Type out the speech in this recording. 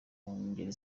ngeri